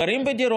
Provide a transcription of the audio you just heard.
הם גרים בדירות,